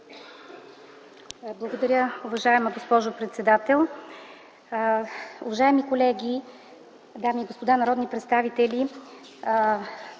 Благодаря Ви, госпожо председател. Уважаеми колеги, дами и господа народни представители,